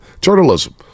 journalism